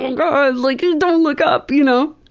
and oh like don't look up. you know?